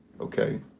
okay